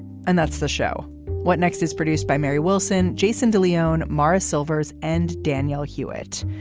and that's the show what next is produced by mary wilson. jason de leon morris silvers and daniel hewett.